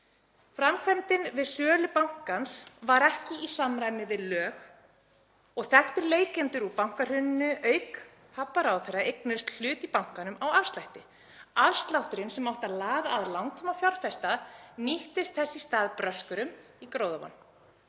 Framkvæmdin við sölu bankans var ekki í samræmi við lög og þekktir leikendur úr bankahruninu, auk pabba ráðherra, eignuðust hlut í bankanum á afslætti. Afslátturinn sem átti að laða að langtímafjárfesta nýttist þess í stað bröskurum í gróðavon.